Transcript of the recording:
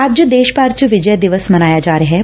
ਅੱਜ ਦੇਸ਼ ਭਰ ਚ ਵਿਜੈ ਦਿਵਸ ਮਨਾਇਆ ਜਾ ਰਿਹੈ